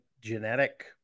genetic